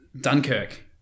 Dunkirk